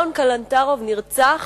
לאון קלנטרוב נרצח